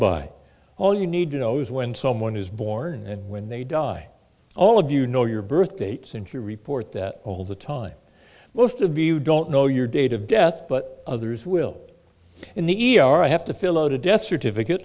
by all you need to know is when someone is born and when they die all of you know your birth dates and your report that all the time most of you don't know your date of death but others will in the e r i have to fill out a death certificate